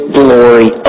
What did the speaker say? glory